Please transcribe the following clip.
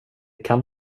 kan